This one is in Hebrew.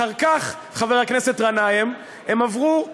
אחר כך, חבר הכנסת גנאים, הם עברו ליורשו,